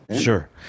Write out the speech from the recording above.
Sure